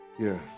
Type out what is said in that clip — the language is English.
Yes